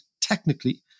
technically